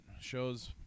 Show's